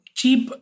cheap